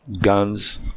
guns